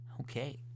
Okay